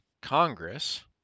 Congress